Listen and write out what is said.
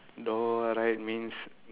door right means